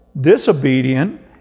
disobedient